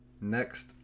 Next